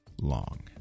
long